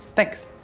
thanks.